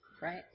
right